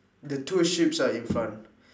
the two sheeps are in front